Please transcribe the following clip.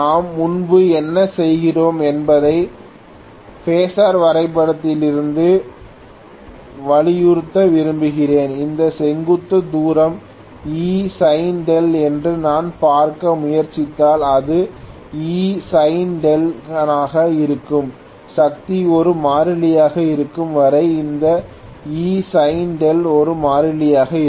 நாம் முன்பு என்ன செய்கிறோம் என்பதை ஃபாசர் வரைபடத்திலிருந்து வலியுறுத்த விரும்புகிறேன் இந்த செங்குத்து தூரம் Esin என்று நான் பார்க்க முயற்சித்தால் இது Esin னாக இருக்கும் சக்தி ஒரு மாறிலியாக இருக்கும் வரை இந்த Esin ஒரு மாறிலியாக இருக்கும்